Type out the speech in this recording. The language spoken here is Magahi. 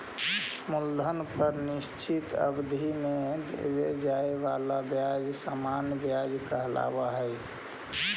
मूलधन पर निश्चित अवधि में देवे जाए वाला ब्याज सामान्य व्याज कहलावऽ हई